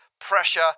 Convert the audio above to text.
pressure